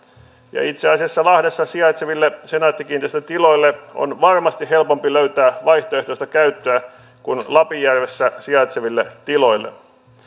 ja itse asiassa lahdessa sijaitseville senaatti kiinteistön tiloille on varmasti helpompi löytää vaihtoehtoista käyttöä kuin lapinjärvessä sijaitseville tiloille